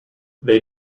they